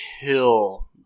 kill